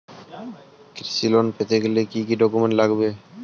কৃষি লোন পেতে গেলে কি কি ডকুমেন্ট লাগবে?